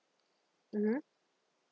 mmhmm